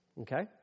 Okay